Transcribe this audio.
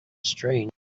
strange